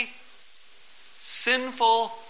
sinful